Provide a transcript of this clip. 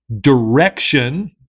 direction